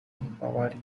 bavaria